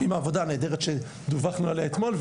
עם העבודה הנהדרת שדיווחנו עליה אתמול,